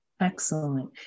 Excellent